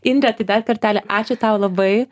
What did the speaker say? indre tai dar kartelį ačiū tau labai